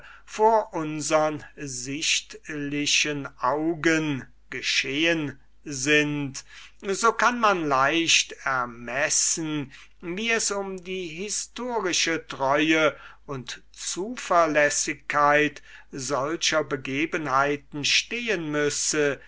vor unsern sichtlichen augen geschehen so kann man leicht ermessen wie es um die historische treue und zuverlässigkeit solcher begebenheiten stehen müsse